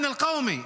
(אומר בערבית:).